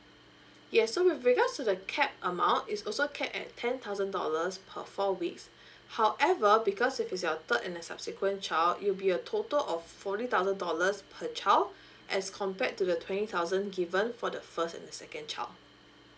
yes so with regards to the cap amount is also capped at ten thousand dollars per four weeks however because if it's your third and a subsequent child it'll be a total of forty thousand dollars per child as compared to the twenty thousand given for the first and the second child